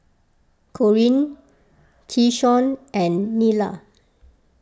Corean Keyshawn and Nyla